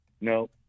No